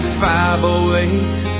508